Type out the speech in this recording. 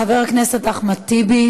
חבר הכנסת אחמד טיבי